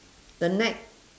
the net